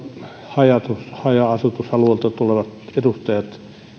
haja haja asutusalueilta tulevat edustajat